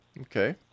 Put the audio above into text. Okay